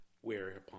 whereupon